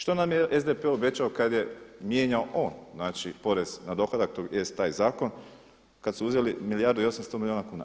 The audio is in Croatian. Što nam je SDP obećao kad je mijenjao on, znači porez na dohodak, tj. taj zakon, kad su uzeli milijardu i 800 milijuna kuna.